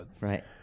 Right